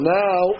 now